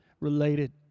related